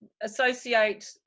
associate